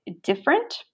different